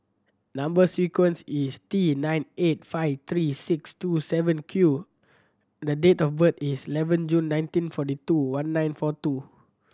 number sequence is T nine eight five three six two seven Q and date of birth is eleven June nineteen forty two one nine four two